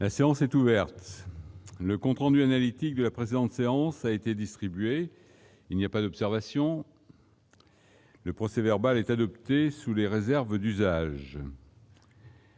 La séance est ouverte, le compte rendu analytique de La présente séance a été distribué, il n'y a pas d'observation, le procès verbal est adoptée sous les réserves d'usage.